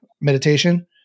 Meditation